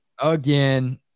Again